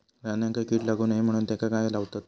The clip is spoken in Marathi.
धान्यांका कीड लागू नये म्हणून त्याका काय लावतत?